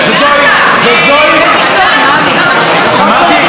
איילת נחמיאס ורבין (המחנה הציוני): הגזמת,